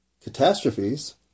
catastrophes